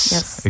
Yes